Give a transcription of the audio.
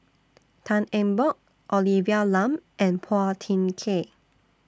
Tan Eng Bock Olivia Lum and Phua Thin Kiay